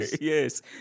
Yes